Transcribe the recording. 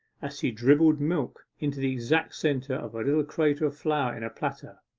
as she dribbled milk into the exact centre of a little crater of flour in a platter